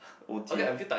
o_t ah